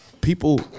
people